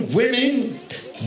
women